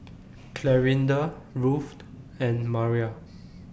Clarinda Ruthe and Mara